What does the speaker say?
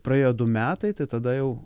praėjo du metai tai tada jau